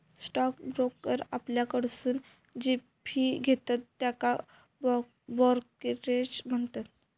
stock broker आपल्याकडसून जी fee घेतत त्येका ब्रोकरेज म्हणतत